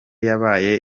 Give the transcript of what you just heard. yabaye